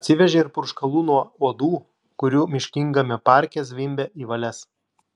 atsivežė ir purškalų nuo uodų kurių miškingame parke zvimbė į valias